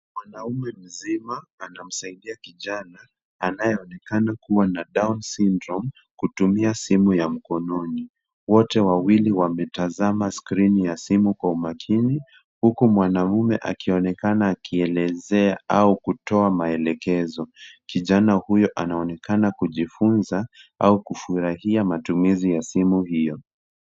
Mwanamume mzima anamsaidia kijana anayeonekana kuwa na down syndrome kutumia simu ya mkononi. Wote wawili wametazama skrini ya simu kwa umakini huku mwanamume akionekana akielezea au kutoa maelekezo. Kijana huyo anaonekaana kujifunza au kufurahia matumizi ya simu hiyo.